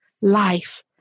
life